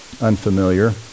unfamiliar